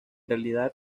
realidad